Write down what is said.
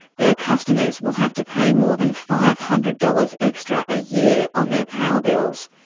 their customers will have to pay more than five hundred dollars extra a year on their power bills.